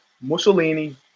Mussolini